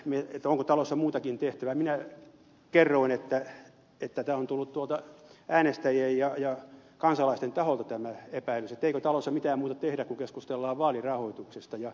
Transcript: tähän onko talossa muutakin tehtävää minä kerroin että on tullut äänestäjien ja kansalaisten taholta tämä epäilys eikö talossa mitään muuta tehdä kuin keskustellaan vaalirahoituksesta